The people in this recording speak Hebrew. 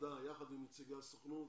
בוועדה יחד עם נציגי הסוכנות